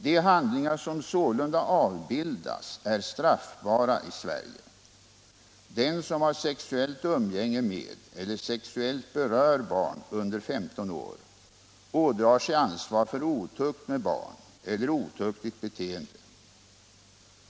De handlingar som sålunda avbildas är straffbara i Sverige. Den som har sexuellt umgänge med eller sexuellt berör barn under 15 år ådrar sig ansvar för otukt med barn eller för otuktigt beteende.